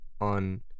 on